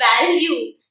value